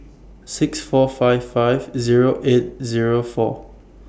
six four five five Zero eight Zero four